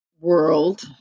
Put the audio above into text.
world